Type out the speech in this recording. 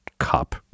Cop